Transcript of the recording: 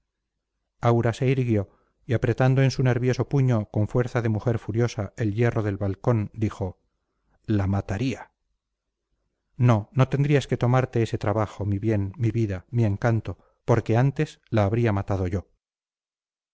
se irguió y apretando en su nervioso puño con fuerza de mujer furiosa el hierro del balcón dijo la mataría no no tendrías que tomarte ese trabajo mi bien mi vida mi encanto porque antes la habría matado yo